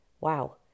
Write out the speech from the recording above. wow